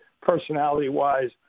Personality-wise